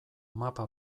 mapa